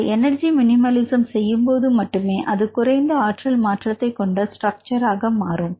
அதை energy minimalism செய்யும்போது மட்டுமே அது குறைந்த ஆற்றல் மாற்றத்தை கொண்ட ஸ்ட்ரக்சர் ஆகவும் மாறும்